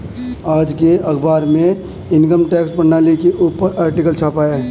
आज के अखबार में इनकम टैक्स प्रणाली के ऊपर आर्टिकल छपा है